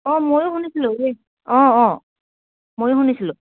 অঁ ময়ো শুনিছিলোঁ এই অঁ অঁ ময়ো শুনিছিলোঁ